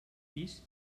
pis